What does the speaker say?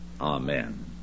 Amen